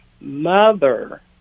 mother